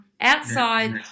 outside